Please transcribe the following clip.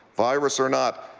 virus or not,